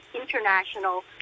international